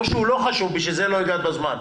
או שהיא לא חשובה ובגלל זה לא הגעת בזמן.